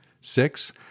Six